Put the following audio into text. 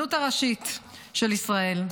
הרבנות הראשית של ישראל,